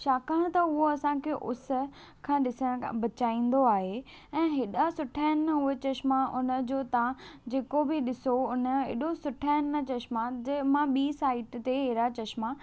छाकाणि त उहा असांखे उस खां ॾिसण खा बचाईंदो आहे ऐं हेॾा सुठा आहिनि न उहे चश्मा उन जो तव्हां जेको बि ॾिसो उन ऐॾो सुठा आहिनि न चश्मा जे मां ॿी साइट ते अहिड़ा चश्मा